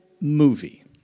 movie